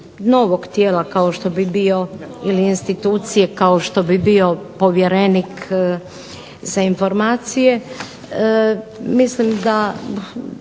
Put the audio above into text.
novog tijela kao što bi bio, ili institucije, kao što bi bio povjerenik za informacije mislim da